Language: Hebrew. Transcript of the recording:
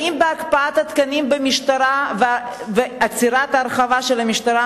האם הקפאת התקנים במשטרה ועצירת ההרחבה של המשטרה